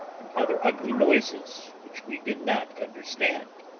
and other ugly noises which we did not understand.